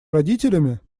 родителями